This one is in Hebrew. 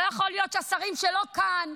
לא יכול להיות שהשרים שלא כאן,